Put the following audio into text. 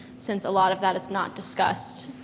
since a lot of that is not discussed.